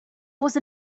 was